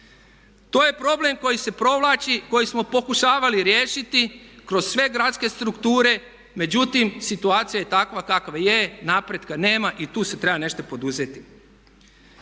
koji se provlači, koji smo pokušavali riješiti kroz sve gradske strukture, međutim situacija je takva kakva je, napretka nema i tu se treba nešto poduzeti.